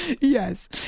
Yes